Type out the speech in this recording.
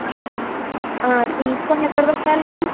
తీసుకుని ఎక్కడ పెట్టాలి మ్యామ్